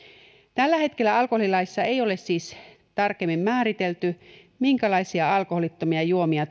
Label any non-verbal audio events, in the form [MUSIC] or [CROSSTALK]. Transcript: tällä hetkellä alkoholilaissa ei ole siis tarkemmin määritelty minkälaisia alkoholittomia juomia [UNINTELLIGIBLE]